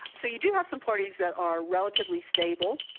so you do have some parties that are relatively stable,